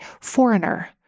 foreigner